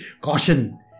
Caution